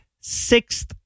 sixth